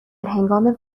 هنگام